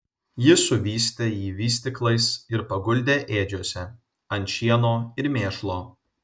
ji suvystė jį vystyklais ir paguldė ėdžiose ant šieno ir mėšlo